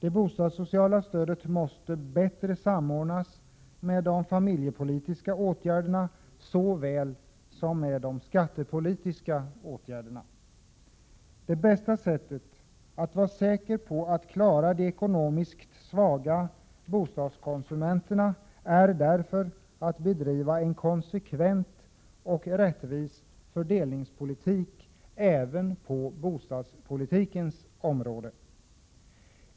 Det bostadssociala stödet måste bättre samordnas såväl med de familjepolitiska åtgärderna som med de skattepolitiska. Det bästa sättet att vara säker på att klara de ekonomiskt svaga bostadskonsumenterna är därför att bedriva en konsekvent och rättvis fördelningspolitik även på bostadspolitikens område.